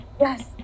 Yes